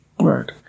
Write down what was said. Right